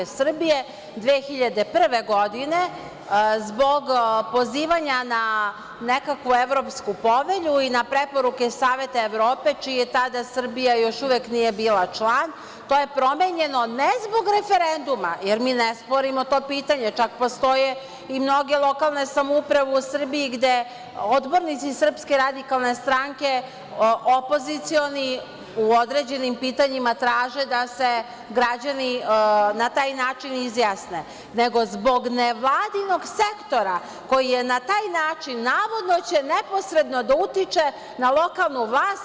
Godine 2001. zbog pozivanja na nekakvu evropsku povelju i na preporuke Saveta Evrope, gde Srbija još uvek nije bila član, to je promenjeno ne zbog referenduma, jer mi ne sporimo to pitanje, čak postoje i mnoge lokalne samouprave u Srbiji gde odbornici SRS opozicioni, u određenim pitanjima traže da se građani na taj način izjasne, nego zbog nevladinog sektora koji će na taj način navodno neposredno da utiče na lokalnu vlast.